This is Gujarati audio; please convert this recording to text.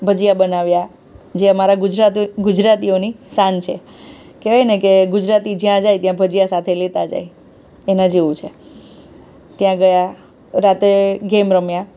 ભજીયા બનાવ્યાં જે અમારા ગુજરાતીઓની શાન છે કહેવાય ને કે ગુજરાતી જ્યાં જાય ત્યાં ભજીયા સાથે લેતાં જાય એનાં જેવું છે ત્યાં ગયા રાતે ગેમ રમ્યાં